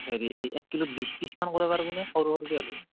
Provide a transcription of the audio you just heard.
হেৰি এই এক কিলোত বিছপিচ মান কৰিব পাৰিব নে সৰু সৰুকৈ হ'লেও